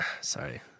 Sorry